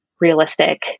realistic